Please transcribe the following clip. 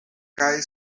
kaj